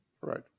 right